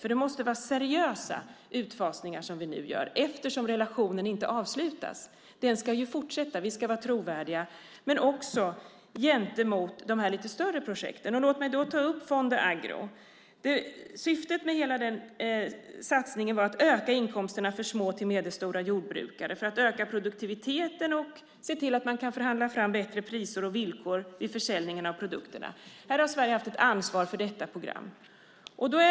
Det måste nämligen vara seriösa utfasningar som vi nu gör eftersom relationen inte avslutas. Den ska ju fortsätta. Vi ska vara trovärdiga också när det gäller de lite större projekten. Låt mig då ta upp Fonde Agro. Syftet med hela den satsningen var att öka inkomsterna för små till medelstora jordbrukare, att öka produktiviteten och se till att man kan förhandla fram bättre priser och villkor vid försäljningen av produkterna. Sverige har haft ett ansvar för detta program.